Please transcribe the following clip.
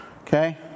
Okay